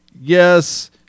yes